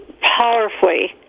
powerfully